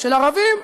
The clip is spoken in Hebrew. של ערבים,